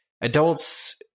adults